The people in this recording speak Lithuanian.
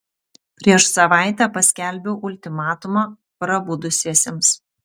prieš savaitę paskelbiau ultimatumą prabudusiesiems